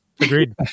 Agreed